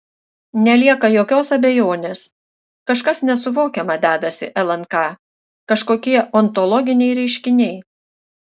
nelieka jokios abejonės kažkas nesuvokiama dedasi lnk kažkokie ontologiniai reiškiniai